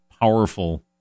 powerful